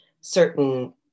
certain